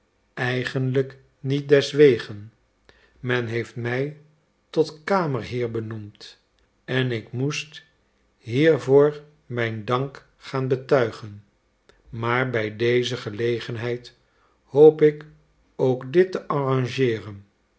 eigenlijk niet deswege men heeft mij tot kamerheer benoemd en ik moest hiervoor mijn dank gaan betuigen maar bij deze gelegenheid hoop ik ook dit te arrangeeren